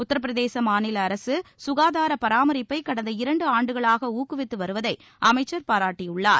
உத்தரப்பிரதேச மாநில அரசு சுகாதார பராமரிப்பை கடந்த இரண்டு ஆண்டுகளாக ஊக்குவித்து வருவதை அமைச்சர் பாராட்டியுள்ளார்